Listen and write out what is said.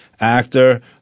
actor